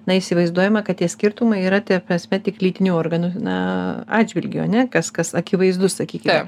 na įsivaizduojame kad tie skirtumai yra ta prasme tik lytinių organų na atžvilgiu ane kas kas akivaizdu sakykime